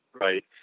right